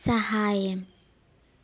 സഹായം